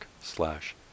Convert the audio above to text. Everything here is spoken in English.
slash